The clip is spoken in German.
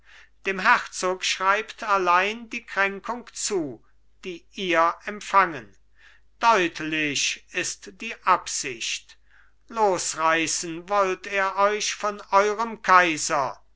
dem herzog schreibt allein die kränkung zu die ihr empfangen deutlich ist die absicht losreißen wollt er euch von eurem kaiser